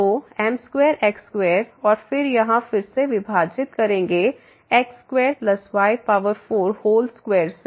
तो m2 x2 और फिर यहां फिर से विभाजित करें x2y4 होल स्क्वायर से